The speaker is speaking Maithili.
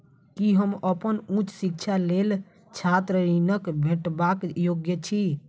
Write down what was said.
की हम अप्पन उच्च शिक्षाक लेल छात्र ऋणक भेटबाक योग्य छी?